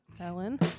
Ellen